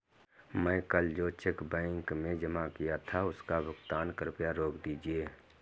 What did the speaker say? मैं कल जो चेक बैंक में जमा किया था उसका भुगतान कृपया रोक दीजिए